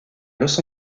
los